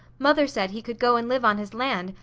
mother said he could go and live on his land,